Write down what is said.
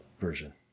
version